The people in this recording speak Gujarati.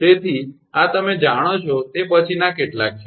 તેથી આ તમે જાણો છો તે પછીનાં કેટલાક છે